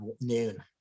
noon